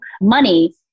money